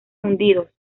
hundidos